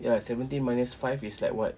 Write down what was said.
ya seventeen minus five is like what